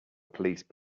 police